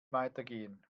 weitergehen